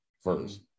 first